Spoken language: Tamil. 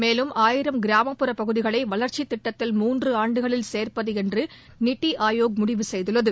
மேலும் ஆயிரம் கிராமப்புற பகுதிகளை இந்த வளர்ச்சித் திட்டத்தில் மூன்று ஆண்டுகளில் சேர்ப்பது என்று நித்தி ஆயோக் முடிவு செய்துள்ளது